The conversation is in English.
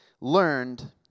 learned